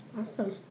Awesome